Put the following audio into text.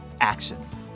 actions